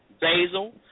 basil